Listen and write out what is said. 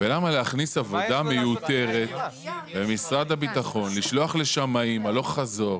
ולמה להכניס עבודה מיותרת למשרד הביטחון לשלוח לשמאים הלוך חזור,